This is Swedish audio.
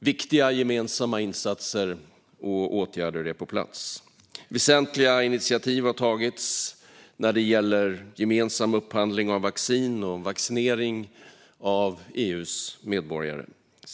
Viktiga gemensamma insatser och åtgärder är på plats. Väsentliga initiativ har tagits när det gäller gemensam upphandling av vaccin och vaccinering av EU:s medborgare.